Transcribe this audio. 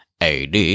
AD